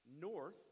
north